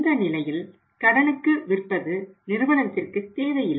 இந்த நிலையில் கடனுக்கு விற்பது நிறுவனத்திற்கு தேவையில்லை